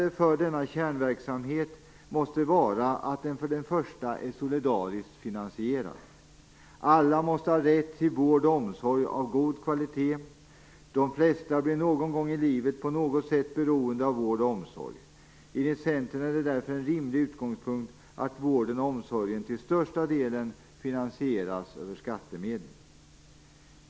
Denna kärnverksamhet måste ha vissa utmärkande drag. För det första: Den måste vara solidariskt finansierad. Alla måste ha rätt till vård och omsorg av god kvalitet. De flesta blir någon gång i livet på något sätt beroende av vård och omsorg. Enligt Centern är det därför en rimlig utgångspunkt att vården och omsorgen till största delen finansieras med skattemedel.